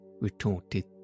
retorted